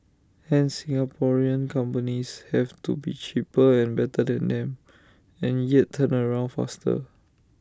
hence Singaporean companies have to be cheaper and better than them and yet turnaround faster